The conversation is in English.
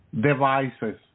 devices